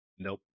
Nope